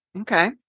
Okay